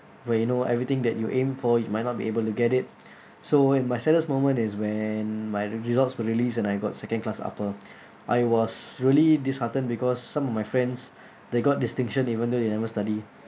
where you know everything that you aim for you might not be able to get it so in my saddest moment is when my results were released and I got second class upper I was really disheartened because some of my friends they got distinction even though they never study